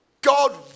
God